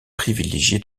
privilégié